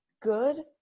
good